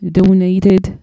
donated